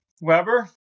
Weber